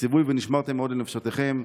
הציווי "ונשמרתם מאוד לנפשותיכם"